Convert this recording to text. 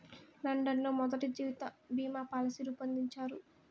London లో మొదటి జీవిత బీమా పాలసీ రూపొందించారు